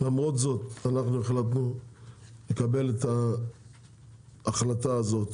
למרות זאת אנחנו החלטנו יקבל את ההחלטה הזאת